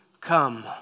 come